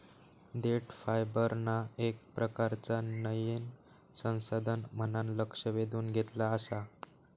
देठ फायबरना येक प्रकारचा नयीन संसाधन म्हणान लक्ष वेधून घेतला आसा